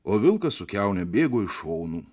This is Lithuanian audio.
o vilkas su kiaune bėgo iš šonų